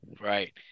Right